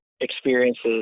experiences